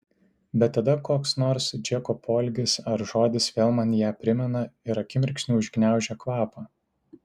bet tada koks nors džeko poelgis ar žodis vėl man ją primena ir akimirksniu užgniaužia kvapą